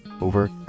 over